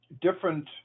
different